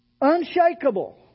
Unshakable